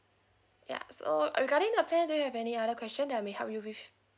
ya so regarding the plan do you have any other question that I may help you with